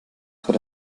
vor